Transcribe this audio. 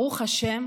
ברוך השם,